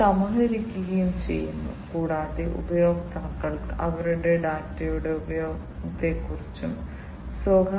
ultra high റെസല്യൂഷനും സംയോജിതവും അവയ്ക്ക് ഇലക്ട്രിക് ആക്യുവേറ്ററുകളുടെയും ന്യൂമാറ്റിക് ആക്യുവേറ്ററിന്റെയും സംയോജിത ഗുണങ്ങളുണ്ട്